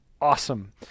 awesome